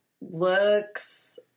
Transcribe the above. Looks